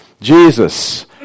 Jesus